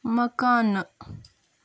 مکانہٕ